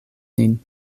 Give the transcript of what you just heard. nin